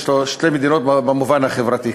יש פה שתי מדינות במובן החברתי.